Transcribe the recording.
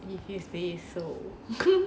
if you say so